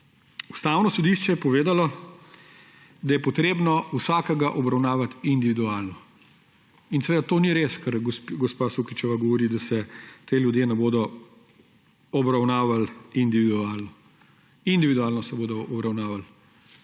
Ustavno sodišče je povedalo, da je potrebno vsakega obravnavati individualno. Seveda to ni res, kar gospa Sukič govori, da se ti ljudje ne bodo obravnavali individualno. Individualno se bodo obravnavali.